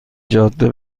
جاده